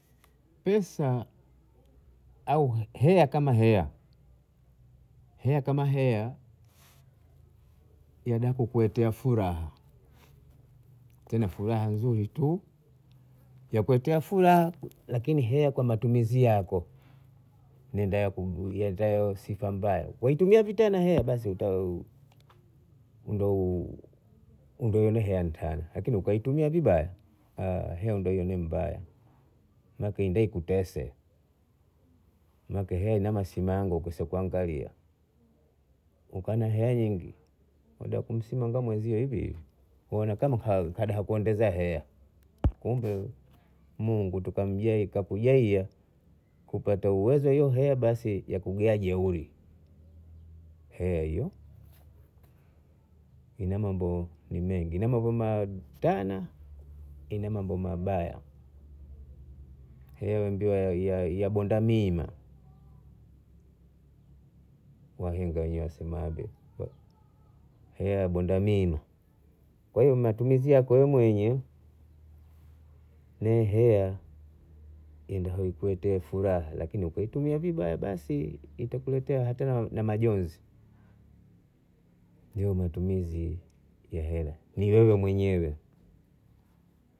pesa, au hea kama hea hea kama hea iadakukueletea furaha tena furaha nzuri tu yakueletea furaha lakini hea kwa matumizi yako nenda yakueletayo sifa mbaya, waitumia vitana hea basi ndou ndou hea ntana lakini ukaitumia vibaya hea ungaione mbaya make inda ikutese make hea ina masimango ukose kuangalia ukanahea nyingi ukkamsimanga mwenzio hivihivi ukaona kadahakonda hea kumbe tu Mungu kakujaia kupata uwezo hiyo hea basi yakugea jeuri hea hiyo ina mambo mengi, ina mabo matana, ina mambo mabaya hea ndiyo yabonda miima wahenga wenyewe wasemavyo hea yabonda miima kwa hiyo matumizi yako mwenyewe ni hea indahakulehe furaha lakini ukiitumia vibaya basi itakuletea hata na majonzi ndio matumizi ya hea, ni wewe mwenyewe